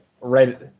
right